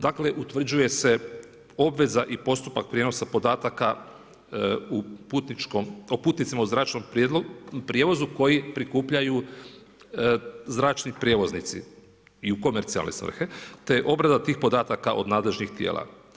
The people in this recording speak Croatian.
Dakle, utvrđuje se obveza i postupak prijenosa podataka o putnicima u zračnom prijevozu koji prikupljaju zračni prijevoznici u komercijalne svrhe, te obrada tih podataka od nadležnih tijela.